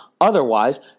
Otherwise